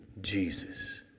Jesus